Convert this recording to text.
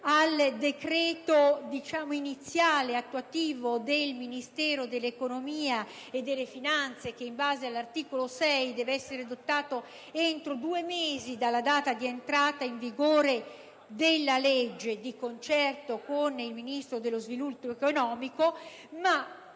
al decreto iniziale attuativo del Ministero dell'economia e delle finanze, che in base all'articolo 6 deve essere adottato entro due mesi dalla data di entrata in vigore della legge di concerto con il Ministro dello sviluppo economico,